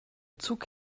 zug